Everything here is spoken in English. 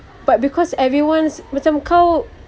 but because everyone's macam kau